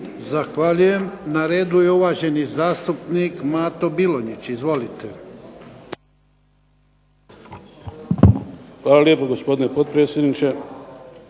Zahvaljujem. Na redu je uvaženi zastupnik Mato Bilonjić. Izvolite. **Bilonjić, Mato (HDZ)** Hvala lijepo gospodine potpredsjedniče,